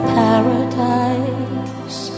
paradise